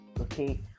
Okay